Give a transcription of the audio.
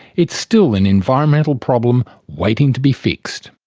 it's still an environmental problem waiting to be fixed.